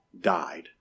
died